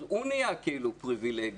אז הוא נהיה כאילו פריבילגי,